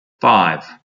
five